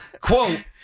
Quote